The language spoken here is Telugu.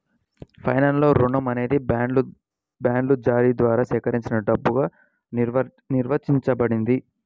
ఫైనాన్స్లో, రుణం అనేది బాండ్ల జారీ ద్వారా సేకరించిన డబ్బుగా నిర్వచించబడింది